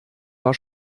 war